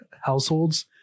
households